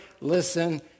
listen